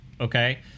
okay